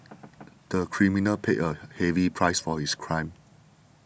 the criminal paid a heavy price for his crime